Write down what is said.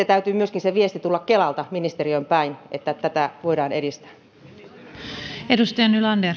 täytyy myöskin tulla kelalta ministeriöön päin että tätä voidaan edistää